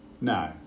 No